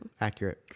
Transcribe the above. Accurate